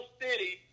city